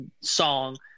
song